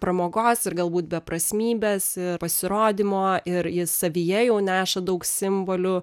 pramogos ir galbūt beprasmybės ir pasirodymo ir jis savyje jau neša daug simbolių